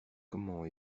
comment